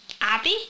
Abby